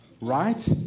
right